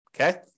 Okay